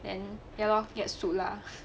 then ya lor gets sue lah